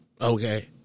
okay